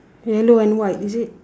yellow and white is it